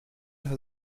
hat